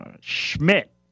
Schmidt